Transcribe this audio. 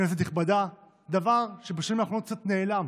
כנסת נכבדה" דבר שבשנים האחרונות קצת נעלם.